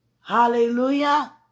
Hallelujah